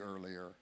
earlier